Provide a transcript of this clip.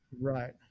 right